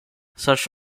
such